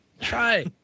Try